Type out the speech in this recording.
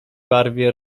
barwie